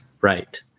Right